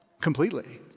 Completely